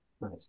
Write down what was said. nice